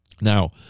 now